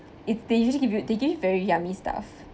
if they usually give you they give very yummy stuff